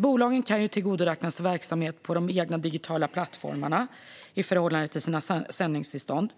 Bolagen kan ju tillgodoräkna sig verksamhet på de egna digitala plattformarna i förhållande till sina sändningstillstånd.